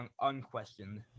unquestioned